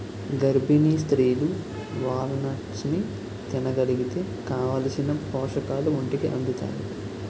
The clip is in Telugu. గర్భిణీ స్త్రీలు వాల్నట్స్ని తినగలిగితే కావాలిసిన పోషకాలు ఒంటికి అందుతాయి